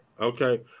okay